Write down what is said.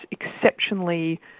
exceptionally